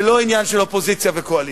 זה לא עניין של אופוזיציה וקואליציה,